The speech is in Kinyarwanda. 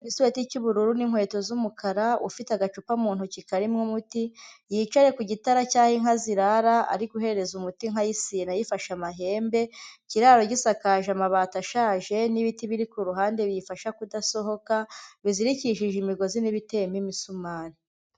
Igisurubeti cy'ubururu n'inkweto z'umukara ufite agacupa mu ntoki karimo umuti, yicaye ku gitara cy'aho inka zirara ari guhereza umuti inka y'isine ayifashe amahembe. Ikiraro gisakaje amabati ashaje n'ibiti biri ku ruhande biyifasha kudasohoka bizirikishije imigozi n'ibiteyemo imisumari.